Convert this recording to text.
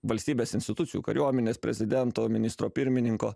valstybės institucijų kariuomenės prezidento ministro pirmininko